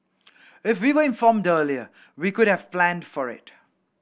if we were informed earlier we could have planned for it